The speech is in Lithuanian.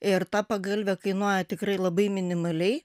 ir ta pagalvė kainuoja tikrai labai minimaliai